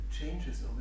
changes